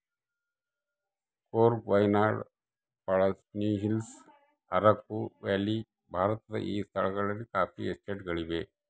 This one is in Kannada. ಕೂರ್ಗ್ ವಾಯ್ನಾಡ್ ಪಳನಿಹಿಲ್ಲ್ಸ್ ಅರಕು ವ್ಯಾಲಿ ಭಾರತದ ಈ ಸ್ಥಳಗಳಲ್ಲಿ ಕಾಫಿ ಎಸ್ಟೇಟ್ ಗಳಿವೆ